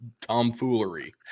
tomfoolery